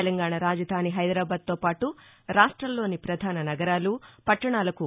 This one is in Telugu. తెలంగాణ రాజధాని హైదరాబాద్ తోపాటు రాష్టంలోని ప్రధాన నగరాలు పట్షణాలకు ని